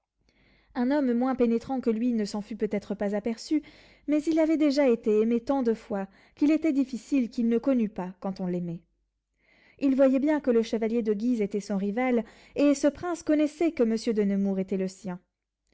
un homme moins pénétrant que lui ne s'en fût peut-être pas aperçu mais il avait déjà été aimé tant de fois qu'il était difficile qu'il ne connût pas quand on l'aimait il voyait bien que le chevalier de guise était son rival et ce prince connaissait que monsieur de nemours était le sien